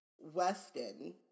Weston